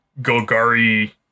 Golgari